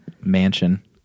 Mansion